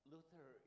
Luther